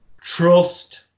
trust